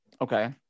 Okay